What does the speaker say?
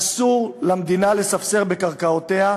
אסור למדינה לספסר בקרקעותיה,